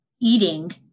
eating